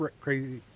crazy